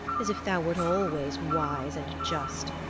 as if thou wert always wise and just,